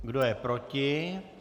Kdo je proti?